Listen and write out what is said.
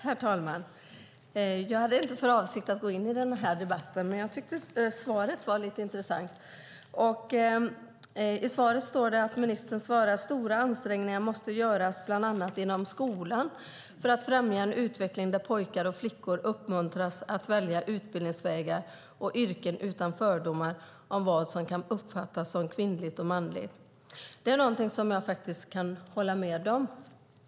Herr talman! Jag hade inte för avsikt att gå in i den här debatten, men jag tyckte att svaret var lite intressant. I svaret säger ministern att stora ansträngningar måste göras bland annat inom skolan för att främja en utveckling där pojkar och flickor uppmuntras att välja utbildningsvägar och yrken utan fördomar om vad som kan uppfattas som kvinnligt och manligt. Det är något som jag kan hålla med om.